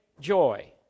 joy